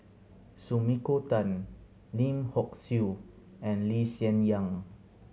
Sumiko Tan Lim Hock Siew and Lee Hsien Yang